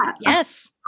Yes